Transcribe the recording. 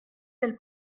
del